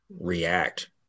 react